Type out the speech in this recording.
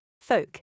folk